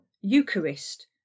Eucharist